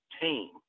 team